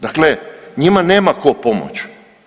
Dakle, njima nema tko pomoći.